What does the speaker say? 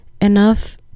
enough